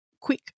quick